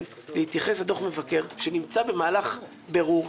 להתייחס לדוח המבקר שנמצא במהלך בירור,